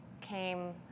came